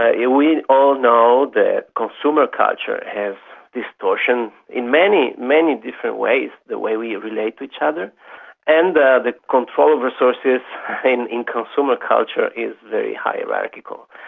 ah ah we all know that consumer culture have distortions in many, many different ways the way we relate to each other and the the control of resources in in consumer culture is very hierarchical.